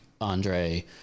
andre